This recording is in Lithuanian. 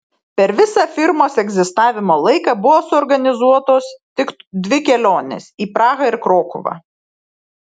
per visą firmos egzistavimo laiką buvo suorganizuotos tik dvi kelionės į prahą ir krokuvą